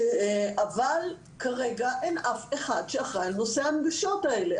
אבל כרגע אין אף אחד שאחראי על נושא ההנגשות האלה.